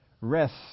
Rest